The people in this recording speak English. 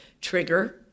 trigger